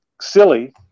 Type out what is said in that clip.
silly